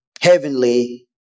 heavenly